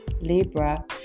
Libra